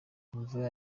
imvura